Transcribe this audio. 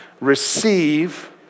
receive